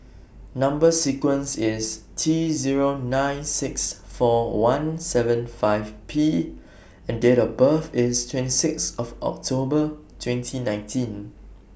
Number sequence IS T Zero nine six four one seven five P and Date of birth IS twenty six October twenty nineteen